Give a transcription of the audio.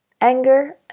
anger